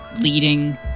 leading